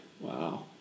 Wow